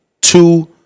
two